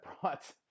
brought